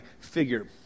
figure